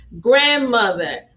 grandmother